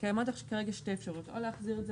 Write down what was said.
קיימות כרגע שתי אפשרויות: או להחזיר את זה